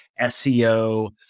SEO